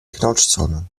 knautschzone